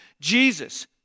Jesus